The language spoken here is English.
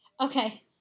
Okay